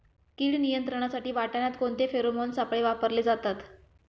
कीड नियंत्रणासाठी वाटाण्यात कोणते फेरोमोन सापळे वापरले जातात?